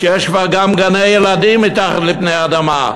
שיש כבר גם גני-ילדים מתחת לפני האדמה,